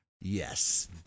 Yes